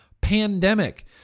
pandemic